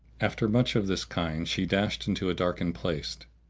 after much of this kind she dashed into a darkened place,